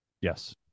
Yes